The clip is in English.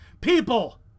People